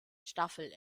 staffel